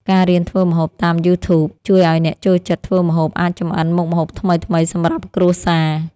ការរៀនធ្វើម្ហូបតាមយូធូប ជួយឱ្យអ្នកចូលចិត្តធ្វើម្ហូបអាចចម្អិនមុខម្ហូបថ្មីៗសម្រាប់គ្រួសារ។